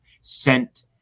sent